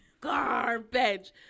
garbage